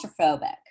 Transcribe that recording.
claustrophobic